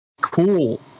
cool